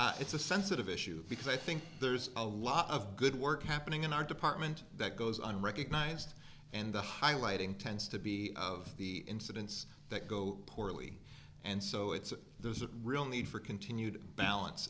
frankly it's a sensitive issue because i think there's a lot of good work happening in our department that goes unrecognized and the highlighting tends to be of the incidents that go poorly and so it's a there's a real need for continued balance